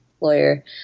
lawyer